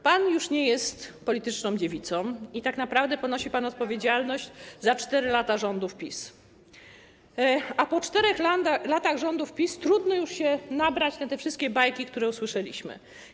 Pan już nie jest polityczną dziewicą i tak naprawdę ponosi pan odpowiedzialność za 4 lata rządów PiS, a po 4 latach rządów PiS trudno już się nabrać na te wszystkie bajki, które usłyszeliśmy.